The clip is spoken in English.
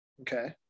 Okay